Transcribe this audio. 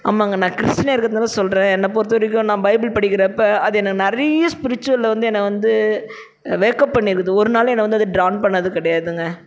ஆமாங்க நான் கிறிஸ்டினாக இருக்கிறதுனால சொல்கிறேன் என்னை பொறுத்தவரைக்கும் நான் பைபிள் படிக்கிறப்ப அது என்ன நிறைய ஸ்ப்ரிச்சுவலில் வந்து என்னை வந்து வேக்கப் பண்ணியிருக்குது ஒருநாளும் என்னை வந்து அது ட்ரான் பண்ணிணது கிடையாதுங்க